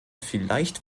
vielleicht